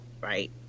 Right